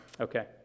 Okay